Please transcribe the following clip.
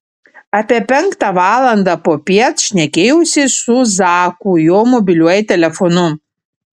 apie penktą valandą popiet šnekėjausi su zaku jo mobiliuoju telefonu